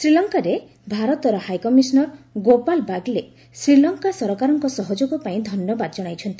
ଶ୍ରୀଲଙ୍କାରେ ଭାରତର high commissioner Gopal Baglay Sri Lanka ସରକାରଙ୍କ ସହଯୋଗ ପାଇଁ ଧନ୍ୟବାଦ ଜଣାଇଛନ୍ତି